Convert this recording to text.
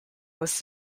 was